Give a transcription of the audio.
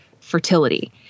fertility